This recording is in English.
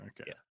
Okay